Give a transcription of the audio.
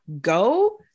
go